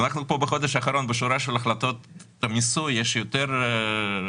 אנחנו פה בחודש האחרון בשורה של החלטות מיסוי יש יותר פשוטות,